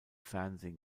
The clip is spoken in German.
fernsehen